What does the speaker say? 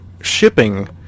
shipping